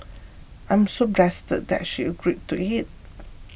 I'm so blessed that she agreed to it